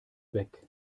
weg